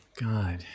God